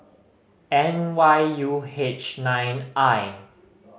N Y U H nine I